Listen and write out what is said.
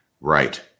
Right